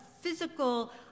physical